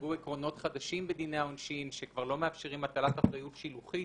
נקבעו עקרונות חדשים בדיני העונשין שכבר לא מאפשרים הטלת אחריות שילוחית